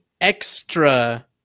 Extra